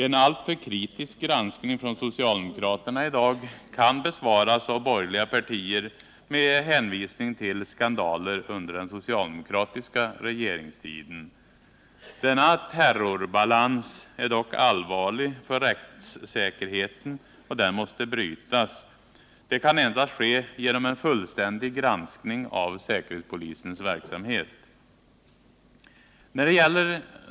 En alltför kritisk granskning från socialdemokraterna i dag kan av borgerliga partier besvaras med en hänvisning till skandaler under den socialdemokratiska regeringstiden. Denna ”terrorbalans” är dock allvarlig för rättssäkerheten, och den måste brytas. Det kan ske endast genom en fullständig granskning av säkerhetspolisens verksamhet.